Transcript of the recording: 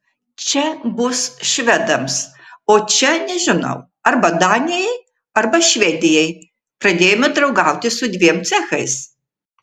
čia bus švedams o čia nežinau arba danijai arba švedijai pradėjome draugauti su dviem cechais